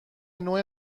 نوع